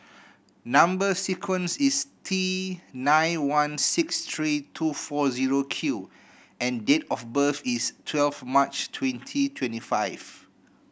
number sequence is T nine one six three two four zero Q and date of birth is twelve March twenty twenty five